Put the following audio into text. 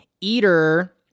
Eater